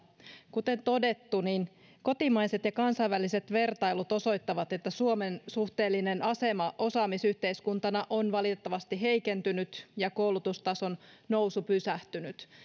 kuten todettu kotimaiset ja kansainväliset vertailut osoittavat että suomen suhteellinen asema osaamisyhteiskuntana on valitettavasti heikentynyt ja koulutustason nousu pysähtynyt